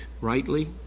rightly